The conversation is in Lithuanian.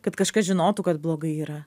kad kažkas žinotų kad blogai yra